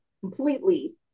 completely